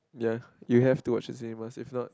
ya you have to watch cinemas if not